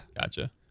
Gotcha